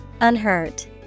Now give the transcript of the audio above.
Unhurt